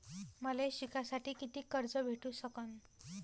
मले शिकासाठी कितीक कर्ज भेटू सकन?